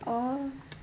orh